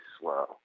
slow